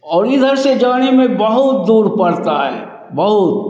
और इधर से जाने में बहुत दूर पड़ता है बहुत